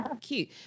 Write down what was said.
Cute